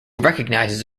recognizes